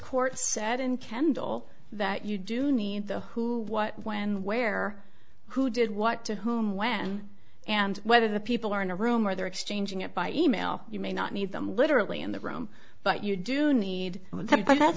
court said in kendall that you do need the who what when where who did what to whom when and whether the people are in a room where they're exchanging it by e mail you may not need them literally in the room but you do need them but that